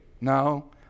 No